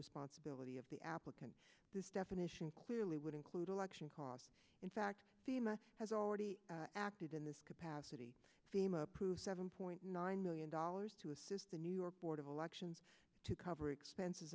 responsibility of the applicant this definition clearly would include election cause in fact thema has already acted in this capacity fema approved seven point nine million dollars to assist the new york board of elections to cover expenses